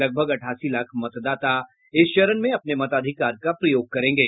लगभग अठासी लाख मतदाता इस चरण में अपने मताधिकार का प्रयोग करेंगे